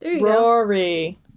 Rory